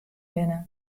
binne